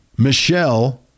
Michelle